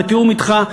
בתיאום אתך,